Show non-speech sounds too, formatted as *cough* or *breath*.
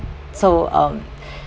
so um *breath*